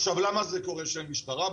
עכשיו, למה זה קורה שאין משטרה?